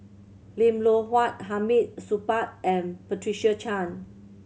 Lim Loh Huat Hamid Supaat and Patricia Chan